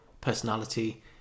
personality